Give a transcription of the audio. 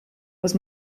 was